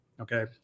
Okay